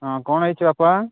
ହଁ କ'ଣ ହେଇଛି ବାପା